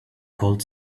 could